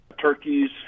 turkeys